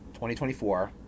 2024